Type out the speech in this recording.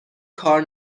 کار